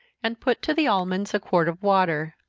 and put to the almonds a quart of water.